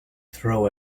throw